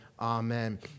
Amen